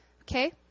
Okay